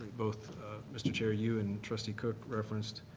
both mr. chair you and trustee cook referenced,